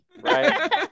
right